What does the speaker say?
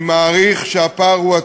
אני מעריך שהפער הוא עצום.